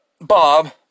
Bob